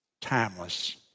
timeless